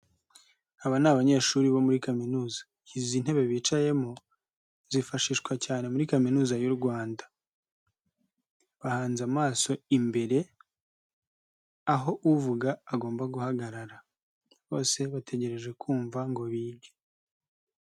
Aba ni abanyeshuri bo muri kaminuza. Izi ntebe bicayemo zifashishwa cyane muri kaminuza y'u Rwanda. Bahanze amaso imbere, aho uvuga agomba guhagarara. Bose bategereje kumva ngo bige.